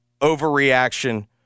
overreaction